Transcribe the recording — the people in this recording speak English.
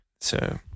So-